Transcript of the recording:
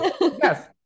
Yes